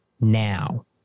now